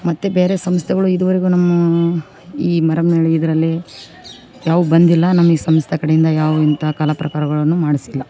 ಮತ್ತು ಬೇರೆ ಸಂಸ್ಥೆಗಳು ಇದುವರೆಗು ನಮ್ಮ ಈ ಮರಿಯಮ್ನಳ್ಳಿ ಇದರಲ್ಲಿ ಯಾವು ಬಂದಿಲ್ಲ ನಮಗೆ ಸಂಸ್ಥೆ ಕಡೆಯಿಂದ ಯಾವ ಇಂಥ ಕಲಾ ಪ್ರಕಾರಗಳನ್ನು ಮಾಡಿಸಿಲ್ಲ